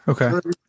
Okay